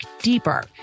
deeper